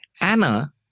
Anna